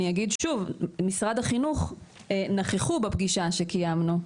אבל אגיד שוב, שמשרד החינוך נכחו בפגישה שקיימנו.